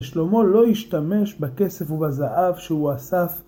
שלמה לא השתמש בכסף ובזהב שהוא אסף.